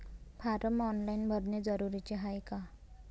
Form online भरने जरुरीचे हाय का?